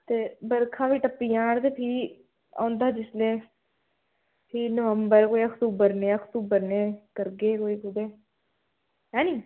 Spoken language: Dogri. ते बरखा बी टप्पी जान ते फ्ही औंदा जिसलै फ्ही नवंबर कुतै अक्तूबर नेह् अक्तूबर नेह् करगे कोई कुतै ऐनीं